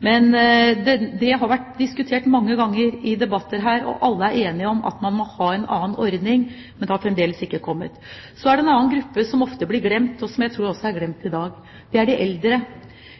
Det har vært diskutert mange ganger i debatter her, og alle er enige om at man må ha en annen ordning, men den har fremdeles ikke kommet. Så er det en annen gruppe som ofte blir glemt, og som jeg tror også er glemt i dag, og det er de eldre.